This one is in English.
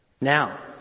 Now